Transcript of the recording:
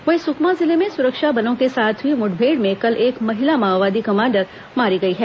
वहीं सुकमा जिले में सुरक्षा बलों के साथ हुई मुठभेड़ में कल एक महिला माओवादी कमांडर मारी गई है